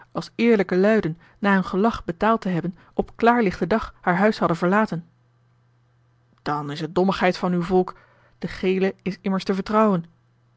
als eerlijke luiden na hun gelag betaald te hebben op klaar lichten dag haar huis hadden verlaten dan is het dommigheid van uw volk de gele is immers te vertrouwen